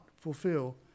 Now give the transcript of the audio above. fulfill